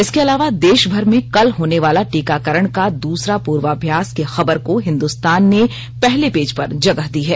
इसके अलावा देशभर में कल होने वाला टीकाकरण का दूसरा पूर्वाभ्यास की खबर को हिंदुस्तान ने पहले पेज पर जगह दी है